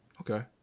okay